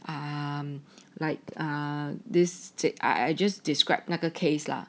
I'm like err this 这 I just described 那个 case lah